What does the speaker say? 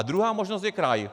Druhá možnost je kraj.